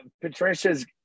Patricia's